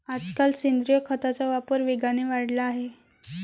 आजकाल सेंद्रिय खताचा वापर वेगाने वाढला आहे